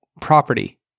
property